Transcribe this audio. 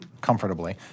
comfortably